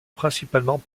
principalement